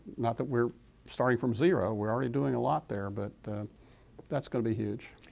not that we're starting from zero, we're already doing a lot there, but that's going to be huge.